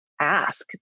ask